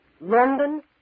London